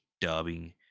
dubbing